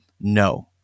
no